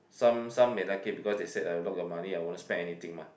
some some may like it because they say I lock your money I won't spend anything mah